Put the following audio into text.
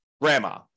grandma